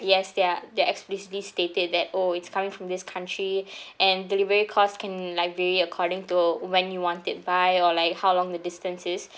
yes they're they explicitly stated that oh it's coming from this country and delivery costs can like vary according to when you want it by or like how long the distance is